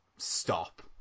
Stop